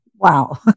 Wow